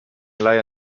laie